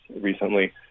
recently